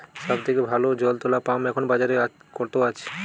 সব থেকে ভালো জল তোলা পাম্প এখন বাজারে কত আছে?